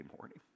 morning